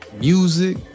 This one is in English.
Music